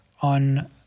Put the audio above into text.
on